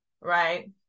right